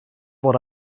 what